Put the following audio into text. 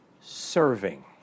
serving